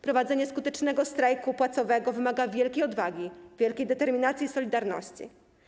Prowadzenie skutecznego strajku płacowego wymaga wielkiej odwagi, wielkiej determinacji i solidarności.